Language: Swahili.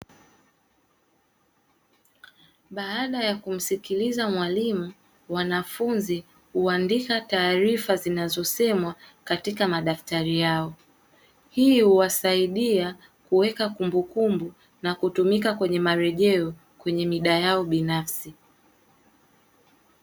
Baada ya kumsikiliza mwalimu wanafunzi huandika taarifa zinazosemwa katika madaftari yao. hii huwasaidia kuweka kumbukumbu na kutumika kwenye marejeo kwenye mida yao binafsi.